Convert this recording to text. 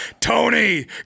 Tony